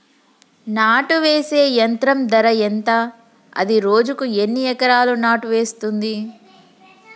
నాటు వేసే యంత్రం ధర ఎంత? అది రోజుకు ఎన్ని ఎకరాలు నాటు వేస్తుంది?